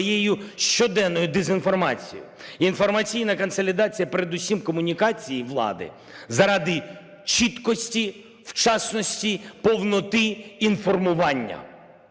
своєю щоденною дезінформацією. Інформаційна консолідація, передусім комунікації влади, заради чіткості, вчасності, повноти інформування.